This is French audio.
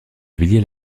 villiers